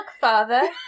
father